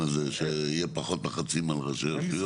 הזה שיהיה פחות לחצים על ראשי רשויות.